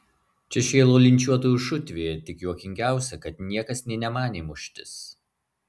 čia šėlo linčiuotojų šutvė tik juokingiausia kad niekas nė nemanė muštis